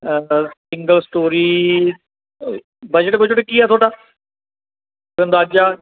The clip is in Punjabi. ਸਿੰਗਲ ਸਟੋਰੀ ਅ ਬਜਟ ਬੁਜਟ ਕੀ ਆ ਤੁਹਾਡਾ ਅੰਦਾਜ਼ਾ